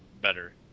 better